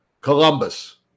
Columbus